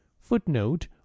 Footnote